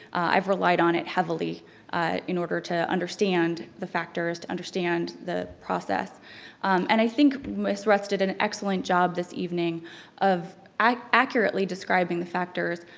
i've relied on it heavily in order to understand the factors, to understand the process and i think ms. ruts did an excellent job this evening of accurately describing the factors,